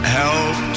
help